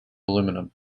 aluminum